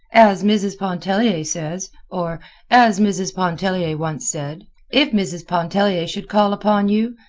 as mrs. pontellier says or as mrs. pontellier once said if mrs. pontellier should call upon you,